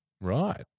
Right